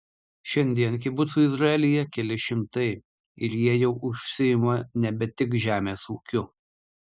šiandien kibucų izraelyje keli šimtai ir jie jau užsiima nebe tik žemės ūkiu